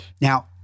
Now